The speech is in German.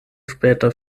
später